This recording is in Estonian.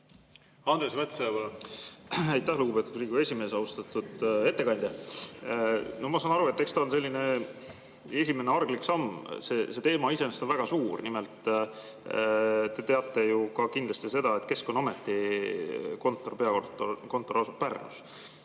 Andres Metsoja, palun! Aitäh, lugupeetud Riigikogu esimees! Austatud ettekandja! Ma saan aru, et eks ta ole selline esimene arglik samm. See teema iseenesest on väga [lai]. Te teate ju ka kindlasti seda, et Keskkonnaameti peakontor asub Pärnus.